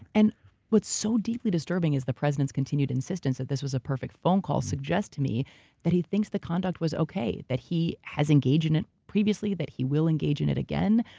and what's so deeply disturbing is the president's continued insistence that this was a perfect phone call suggest to me that he thinks the conduct was okay, that he has engaged in it previously, that he will engage in it again.